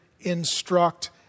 instruct